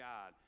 God